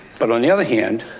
but on the other hand,